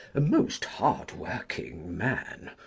a most hard-working man.